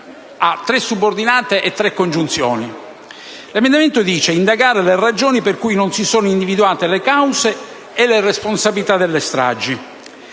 ha tre subordinate e tre congiunzioni. In esso si dice innanzitutto di: «indagare le ragioni per cui non si sono individuate le cause e le responsabilità delle stragi»